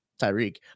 Tyreek